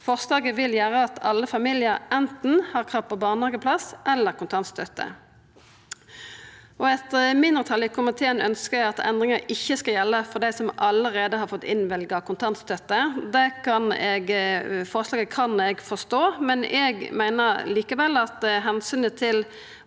Forslaget vil gjera at alle familiar har krav på anten barnehageplass eller kontantstønad. Eit mindretal i komiteen ønskjer at endringa ikkje skal gjelda for dei som allereie har fått innvilga kontantstønad. Det forslaget kan eg forstå, men eg meiner likevel at omsynet til